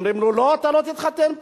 אומרים לו, לא, אתה לא תתחתן פה.